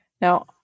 Now